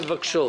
מבקשות.